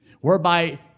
whereby